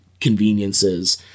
conveniences